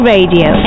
Radio